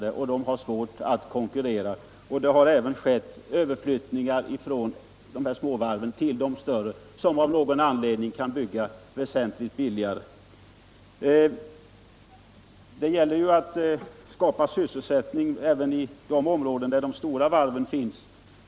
De mindre och medelstora varven får därför svårt att konkurrera, och det har därför skett överflyttningar från de små varven till de större, som av någon anledning kan bygga väsentligt billigare. Det gäller naturligtvis att skapa sysselsättning i de områden där de stora varven finns.